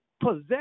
possess